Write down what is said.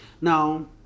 Now